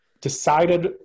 decided